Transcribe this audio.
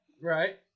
Right